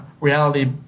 reality